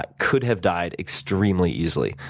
ah could have died extremely easily.